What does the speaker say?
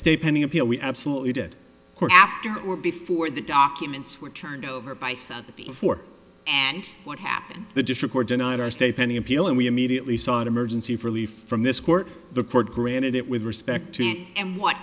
stay pending appeal we absolutely did after or before the documents were turned over by some before and what happened the district were denied our stay pending appeal and we immediately sought emergency for a leaf from this court the court granted it with respect to it and what